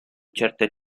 certe